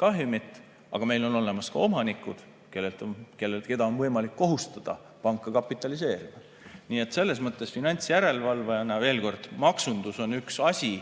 kahjumit. Aga meil on olemas ka omanikud, keda on võimalik kohustada panka kapitaliseerima. Nii et selles mõttes finantsjärelevalvajana, veel kord, maksundus on üks asi,